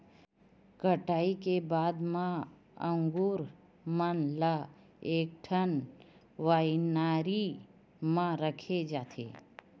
कटई के बाद म अंगुर मन ल एकठन वाइनरी म रखे जाथे